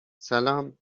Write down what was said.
سلام